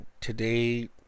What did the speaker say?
today